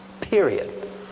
Period